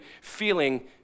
feeling